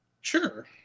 Sure